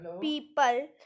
People